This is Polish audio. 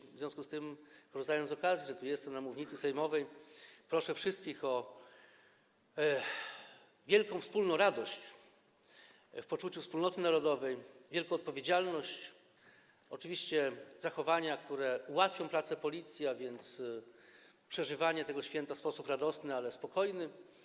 I w związku z tym, korzystając z okazji, że jestem na mównicy sejmowej, proszę wszystkich o wspólną wielką radość, w poczuciu wspólnoty narodowej, wielką odpowiedzialność, oczywiście o zachowania, które ułatwią pracę policji, a więc przeżywanie tego święta w sposób radosny, ale spokojny.